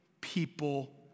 people